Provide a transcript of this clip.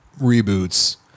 reboots